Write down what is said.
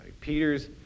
Peter's